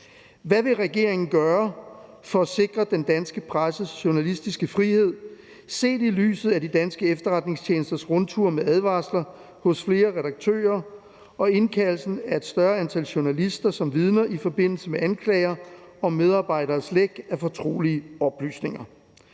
Hvad vil regeringen gøre for at sikre den danske presses journalistiske frihed set i lyset af de danske efterretningstjenesters rundtur med advarsler hos flere redaktører og indkaldelsen af et større antal journalister som vidner i forbindelse med anklager om medarbejderes læk af fortrolige oplysninger?